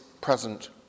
present